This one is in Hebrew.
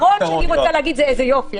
הדבר האחרון שאני רוצה להגיד זה: איזה יופי.